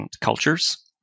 cultures